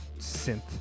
synth